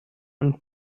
und